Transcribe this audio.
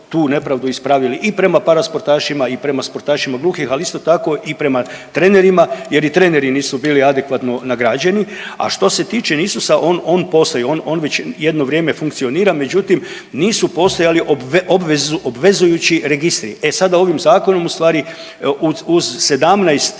tu nepravdu ispravili i prema parasportašima i prema sportašima gluhih, ali isto tako i prema trenerima jer i treneri nisu bili adekvatno nagrađeni. A što se tiče NISuS-a, on, on postoji, on, on već jedno vrijeme funkcionira, međutim nisu postojali obvezujući registri, e sada ovim zakonom ustvari uz 17